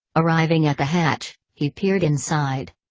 arriving at the hatch, he peered inside.